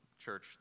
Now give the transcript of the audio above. church